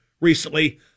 recently